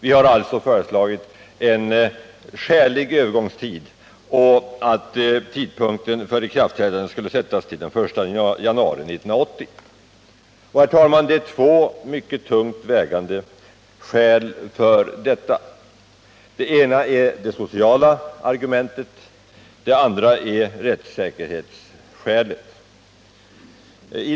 Vi har alltså föreslagit en skälig övergångstid och att tidpunkten för förbudets ikraftträdande skall sättas till den 1 januari 1980. Det finns, herr talman, två mycket tungt vägande skäl för detta. Det ena är av social natur och det andra rör rättssäkerheten.